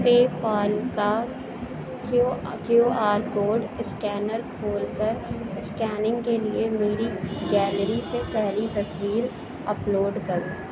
پے پال کا Q R Q R code scanner کھول کر اسکیننگ کے لیے میری گیلری سے پہلی تصویر اپلوڈ کرو